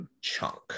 chunk